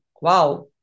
wow